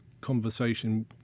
conversation